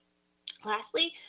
lastly,